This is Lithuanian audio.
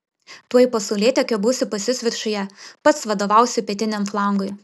tuoj po saulėtekio būsiu pas jus viršuje pats vadovausiu pietiniam flangui